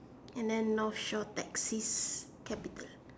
and then northshore taxi capital